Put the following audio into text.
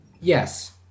Yes